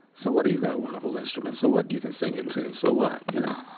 so what you got a wonderful instrument? so what you can sing in tune? so what? you know,